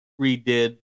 redid